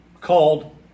called